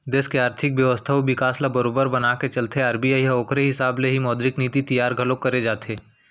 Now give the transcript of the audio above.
देस के आरथिक बेवस्था अउ बिकास ल बरोबर बनाके चलथे आर.बी.आई ह ओखरे हिसाब ले ही मौद्रिक नीति तियार घलोक करे जाथे